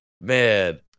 Man